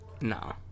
No